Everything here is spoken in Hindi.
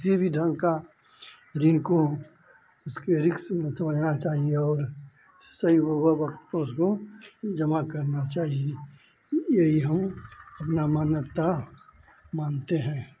किसी भी ढंग का ऋण को उसके रिस्क में समझना चाहिए और सही वक्त पर उसको जमा करना चाहिए यही हम अपनी मानवता मानते हैं